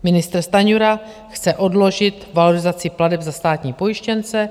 Ministr Stanjura chce odložit valorizaci plateb za státní pojištěnce.